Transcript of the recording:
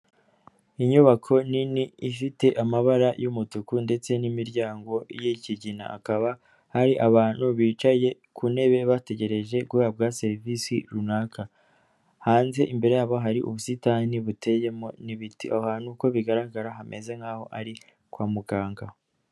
Inyubako nini ifite amabara y'umutuku ndetse n'imiryango yi'kigina akaba hari abantu bicaye ku ntebe bategereje guhabwa serivisi runaka. Hanze imbere yabo hari ubusitani buteyemo n'ibiti, aho hantu uko bigaragara hameze nk'aho ari kwa muganga.